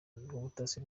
rw’ubutasi